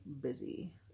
busy